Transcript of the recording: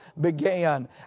began